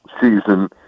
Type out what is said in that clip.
season